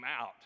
out